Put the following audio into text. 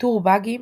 איתור באגים